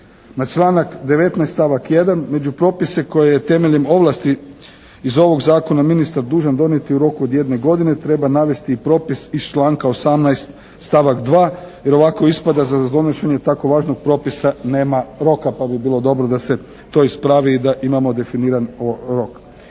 Na članak 19. stavak 1. među propise koje je temeljem ovlasti iz ovog zakona ministar dužan donijeti u roku od jedne godine treba navesti i propis iz članka 18. stavak 2. jer ovako ispada da za donošenje tako važnog propisa nema roka pa bi bilo dobro da se to ispravi i da imamo definiran rok.